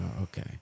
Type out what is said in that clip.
okay